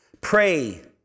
Pray